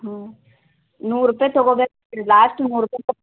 ಹ್ಞೂ ನೂರು ರುಪಾಯಿ ತಗೋಬೇಕು ರೀ ಲಾಸ್ಟ್ ನೂರು ರುಪಾಯಿ ಕೊಡ್ತೀನಿ